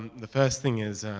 the first thing is,